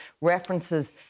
references